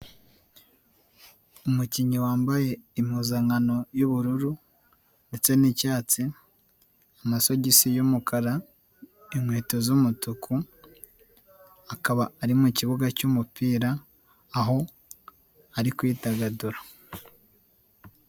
Umukinnyi wambaye impuzankano y'ubururu ndetse n'icyatsi, amasogisi y'umukara, inkweto z'umutuku, akaba ari mu kibuga cy'umupira aho ari kwidagadura.